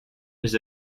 his